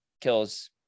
kills